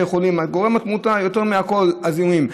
גורם התמותה יותר מהכול זה הזיהומים,